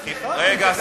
רגע.